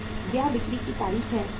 यह बिक्री की तारीख है